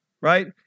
right